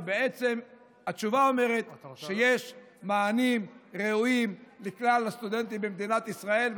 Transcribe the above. כי התשובה אומרת שיש מענים ראויים לכלל הסטודנטים במדינת ישראל,